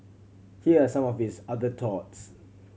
here are some of his other thoughts